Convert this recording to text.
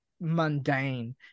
mundane